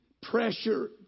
pressure